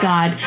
God